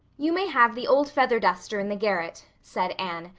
you may have the old feather duster in the garret, said anne,